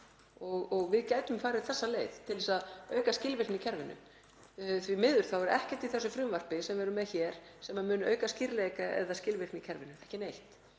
og við gætum farið þessa leið til að auka skilvirkni í kerfinu. Því miður er ekkert í því frumvarpi sem við erum með hér sem mun auka skýrleika eða skilvirkni í kerfinu, ekki neitt.